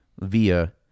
VIA